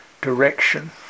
direction